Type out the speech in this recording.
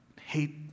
hate